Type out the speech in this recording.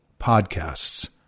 podcasts